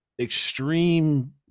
extreme